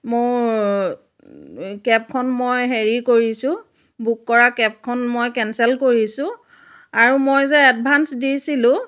মোৰ কেবখন মই হেৰি কৰিছোঁ বুক কৰা কেবখন মই কেন্সেল কৰিছোঁ আৰু মই যে এডভান্স দিছিলোঁ